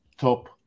top